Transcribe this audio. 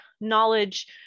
knowledge